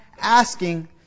asking